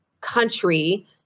country